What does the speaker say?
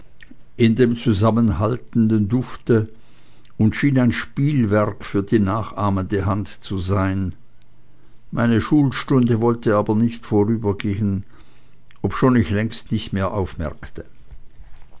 in dem zusammenhaltenden dufte und schien ein spielwerk für die nachahmende hand zu sein meine schulstunde wollte aber nicht vorübergehen obschon ich längst nicht mehr aufmerkte